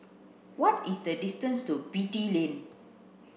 what is the distance to Beatty Lane